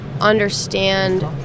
understand